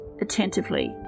attentively